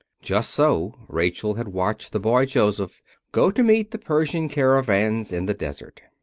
just so rachel had watched the boy joseph go to meet the persian caravans in the desert.